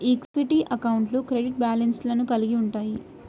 equity అకౌంట్లు credit బ్యాలెన్స్లను కలిగి ఉంటయ్యి